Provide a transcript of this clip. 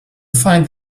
find